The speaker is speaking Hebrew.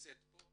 נמצאת כאן